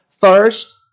First